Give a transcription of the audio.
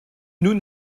nous